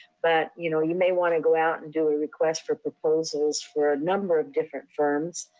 but you know you may wanna go out and do a request for proposals for a number of different firms,